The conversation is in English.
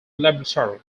laboratory